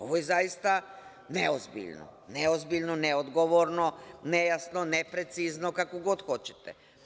Ovo je zaista neozbiljno, neodgovorno, nejasno, neprecizno, kako god hoćete.